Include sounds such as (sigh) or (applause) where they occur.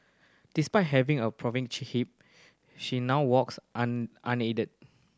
despite having a (unintelligible) hip she now walks (unintelligible) unaided